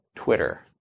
twitter